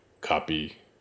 copy